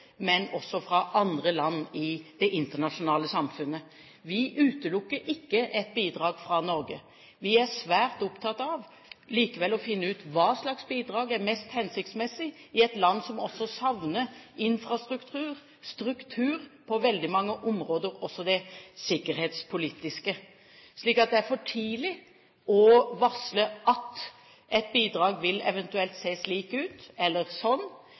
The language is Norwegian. men også fra andre land i det internasjonale samfunnet. Vi utelukker ikke et bidrag fra Norge. Vi er svært opptatt av å finne ut hva slags bidrag som er mest hensiktsmessig i et land som også savner infrastruktur – struktur på veldig mange områder, også det sikkerhetspolitiske. Så det er for tidlig å varsle at et bidrag eventuelt vil se slik eller sånn